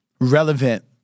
Relevant